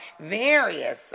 various